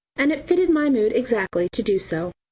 and it fitted my mood exactly to do so.